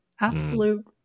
absolute